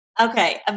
okay